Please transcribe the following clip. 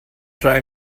try